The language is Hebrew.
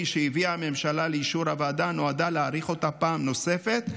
שהביאה הממשלה לאישור הוועדה נועדה להאריך אותה פעם נוספת,